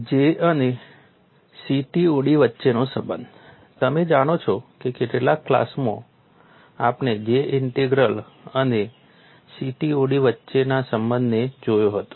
J અને CTOD વચ્ચેનો સંબંધ તમે જાણો છો કે છેલ્લા ક્લાસમાં આપણે J ઇન્ટિગ્રલ અને CTOD વચ્ચેના સંબંધને જોયો હતો